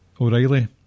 O'Reilly